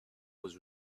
was